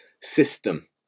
system